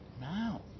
now